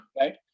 Right